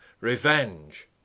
revenge